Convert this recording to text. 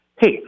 hey